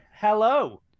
hello